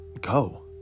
go